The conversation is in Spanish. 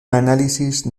análisis